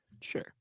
Sure